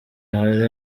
hari